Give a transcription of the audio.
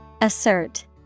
Assert